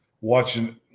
watching